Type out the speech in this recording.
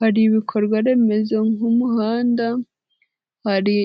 Hari ibikorwaremezo nk'umuhanda, hari